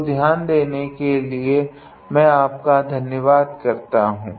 तोध्यान देने के लिए मैं आपका धन्यवाद करता हूँ